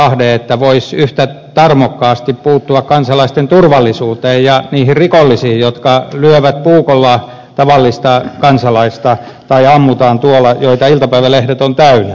ahde että voisi yhtä tarmokkaasti puuttua kansalaisten turvallisuuteen ja niihin rikollisiin jotka lyövät puukolla tavallista kansalaista tai ammutaan mitä iltapäivälehdet ovat täynnä